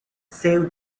save